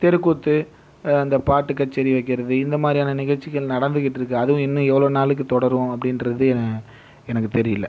தெருக்கூத்து இந்த பாட்டு கச்சேரி வைக்கிறது இந்தமாதிரியான நிகழ்ச்சிகள் நடந்துக்கிட்டு இருக்குது அதுவும் இன்னும் எவ்வளோ நாளைக்கு தொடரும் அப்படின்றது எனக்கு தெரியல